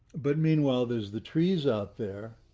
but meanwhile, there's the trees out there,